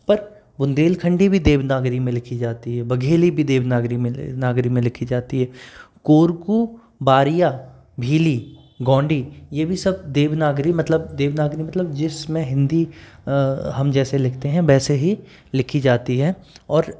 पर बुंदेलखंडी भी देवनागरी में लिखी जाती है बघेली भी देवनागरी नागरी में लिखी जाती है कोरकू बारिया भीली गोंडी ये भी सब देवनागरी मतलब देवनागरी मतलब जिसमें हिन्दी हम जैसे लिखते हैं वैसे ही लिखी जाती है और